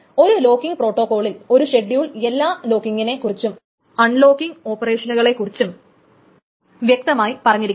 ഒരു ലോക്കിങ്ങ് പ്രോട്ടോകോളിൽ ഒരു ഷെഡ്യൂൾ എല്ലാ ലോക്കിങ്ങിനെ കുറിച്ചും അൺ ലോക്കിങ്ങ് ഓപ്പറേഷനുകളെ കുറിച്ചും വ്യക്തമായി പറഞ്ഞിരിക്കണം